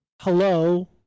hello